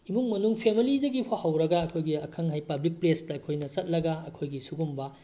ꯏꯃꯨꯡ ꯃꯅꯨꯡ ꯐꯦꯃꯤꯂꯤꯗꯒꯤꯐꯥꯎ ꯍꯧꯔꯒ ꯑꯩꯈꯣꯏꯒꯤ ꯑꯈꯪ ꯑꯍꯩ ꯄꯥꯕ꯭ꯂꯤꯛ ꯄ꯭ꯂꯦꯁꯇ ꯑꯩꯈꯣꯏꯅ ꯆꯠꯂꯒ ꯑꯩꯈꯣꯏꯒꯤ ꯁꯤꯒꯨꯝꯕ